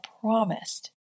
promised